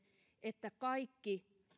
että kaikki